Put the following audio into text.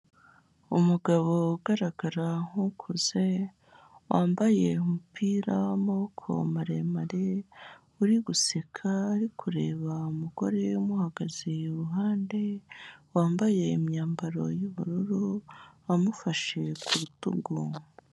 Umugabo ugaragara nk'ukuze wambaye umupira w'amaboko maremare, uri guseka ari kureba umugore umuhagaze iruhande, wambaye imyambaro y'ubururu amufashe ku rutugu.